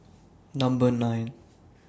Number nine